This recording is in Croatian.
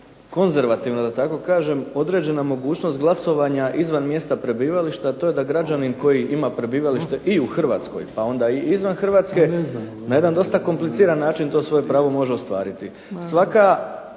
konzervativno, da tako kažem, određena mogućnost glasovanja izvan mjesta prebivališta, a to je da građanin koji ima prebivalište i u Hrvatskoj pa onda i izvan Hrvatske na jedan dosta kompliciran način to svoje pravo može ostvariti.